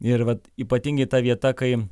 ir vat ypatingai ta vieta kai